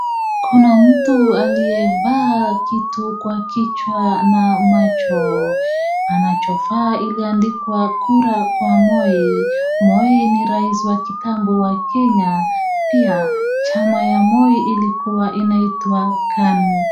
Kuna mtu aliyevaa kitu kwa kichwa na macho. Anachovaa iliandikaa kura kwa Moi. Moi ni rais wa kitambo wa Kenya . Pia chama ya Moi ilikua inaitwa KANU.